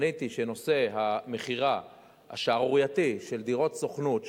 עניתי שנושא המכירה השערורייתית של דירות סוכנות,